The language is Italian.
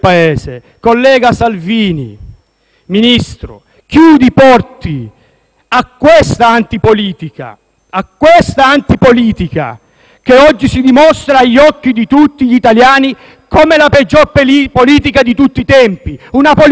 chiuda i porti a questa antipolitica che oggi si dimostra agli occhi di tutti gli italiani come la peggiore politica di tutti i tempi, una politica che mette in discussione la crescita del Paese e la democrazia dell'Italia.